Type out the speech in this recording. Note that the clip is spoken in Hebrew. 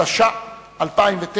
התש"ע 2009,